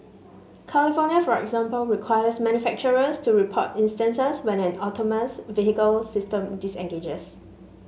California for example requires manufacturers to report instances when an autonomous vehicle system disengages